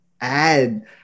add